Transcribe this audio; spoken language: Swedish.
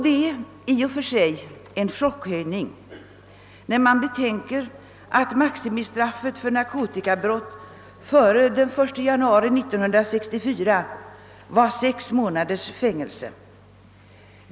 Det är i och för sig en chockhöjning, när man betänker att maximistraffet för narkotikabrott före den 1 januari 1964 var sex månaders fängelse.